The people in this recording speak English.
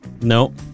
No